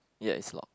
ya it's locked